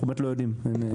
לא יודעים.